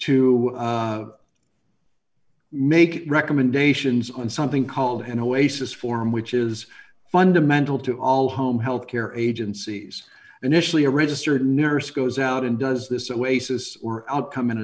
to make recommendations on something called an oasis form which is fundamental to all home health care agencies initially a registered nurse goes out and does this away cysts or outcome an